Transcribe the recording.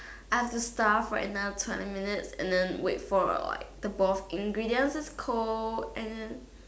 I have to starve for another twenty minutes and then wait for like the both ingredients is cold and then